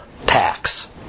tax